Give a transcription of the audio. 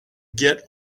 get